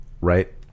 right